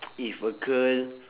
if a girl